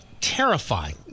terrifying